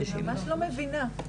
אני ממש לא מבינה,